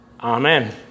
Amen